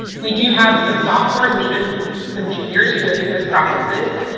we do have some sophomores and even some juniors who go through those processes.